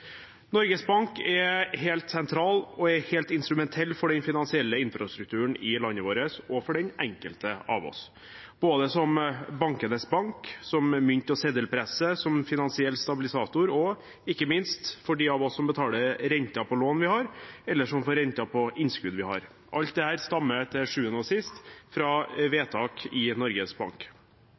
Norges Bank er helt sentral og helt instrumentell for den finansielle infrastrukturen i landet vårt og for den enkelte av oss – både som bankenes bank, som mynt- og seddelpresse, som finansiell stabilisator og ikke minst for de av oss som betaler renter på lån vi har, eller som får renter på innskudd vi har. Alt dette stammer til sjuende og sist fra vedtak i Norges Bank.